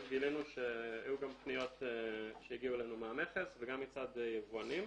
גילינו והיו גם פניות שהגיעו אלינו מהמכס וגם מצד יבואנים,